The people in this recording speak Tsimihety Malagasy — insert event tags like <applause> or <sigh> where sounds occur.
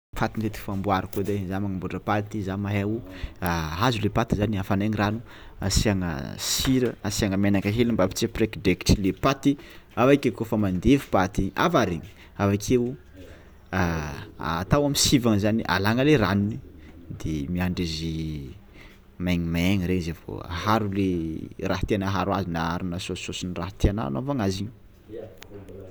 Paty ny edy famboariko edy ai za magnamboàtra paty za mahay o, <hesitation> azo le paty zany, afanaigny rano, asiagna sira asiagna menaka hely mba tsy hampiraikidraikitry le paty avy ake kaofa mandevy paty avarigny avy akeo <hesitation> atao am'sivagna zany alagna le ranony de miandry izy maignimaigny regny za vao aharo le raha tiàna aharo azy na aharonà saosisaosin-draha tianà anaovagna azy igny.